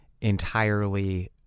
entirely